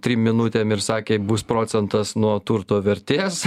trim minutėm ir sakė bus procentas nuo turto vertės